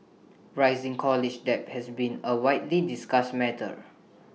rising college debt has been A widely discussed matter